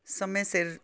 ਸਮੇਂ ਸਿਰ